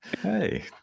Hey